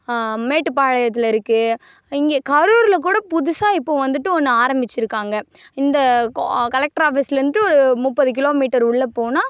மேட்டுப்பாளையத்தில் இருக்குது இங்கே கரூரில் கூட புதுசாக இப்போ வந்துட்டு ஒன்று ஆரம்பிச்சிருக்காங்க இந்த கலெக்டரு ஆஃபீஸ்லேருந்து ஒரு முப்பது கிலோமீட்டர் உள்ள போனால்